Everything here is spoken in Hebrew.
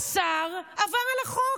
השר עבר על החוק,